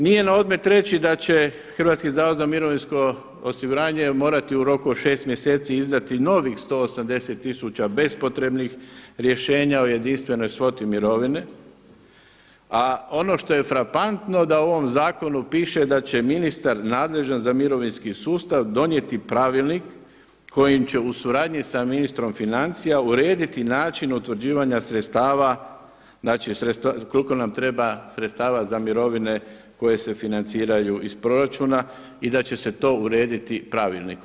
Nije na odmet reći da će Hrvatski zavod za mirovinsko osiguranje morati u roku od 6 mjeseci izdati novih 180 tisuća bespotrebnih rješenja o jedinstvenoj svoti mirovine, a ono što je frapantno da u ovom zakonu piše da će ministar nadležan za mirovinski sustav donijeti pravilnik kojim će u suradnji sa ministrom financija urediti način utvrđivanja sredstava koliko nam treba sredstava za mirovine koje se financiraju iz proračuna i da će se to urediti pravilnikom.